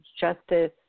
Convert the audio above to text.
Justice